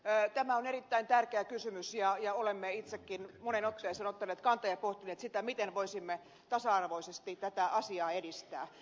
tämä on erittäin tärkeä kysymys ja olemme itsekin moneen otteeseen ottaneet kantaa tähän ja pohtineet sitä miten voisimme tasa arvoisesti tätä asiaa edistää